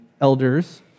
elders